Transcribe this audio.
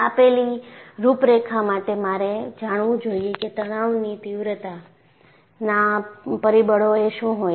આપેલી રૂપરેખાં માટે મારે જાણવું જોઈએકે તણાવની તીવ્રતાના પરિબળો એ શું હોય છે